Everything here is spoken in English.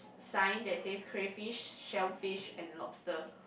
sign that says crayfish shellfish and lobster